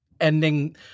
ending